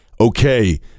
okay